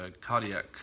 cardiac